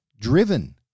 Driven